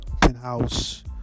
Penthouse